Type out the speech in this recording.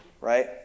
Right